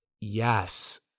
Yes